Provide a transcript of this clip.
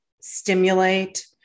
stimulate